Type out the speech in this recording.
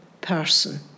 person